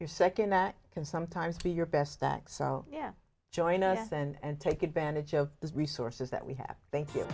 your second that can sometimes be your best that so yeah join us and take advantage of the resources that we have thank you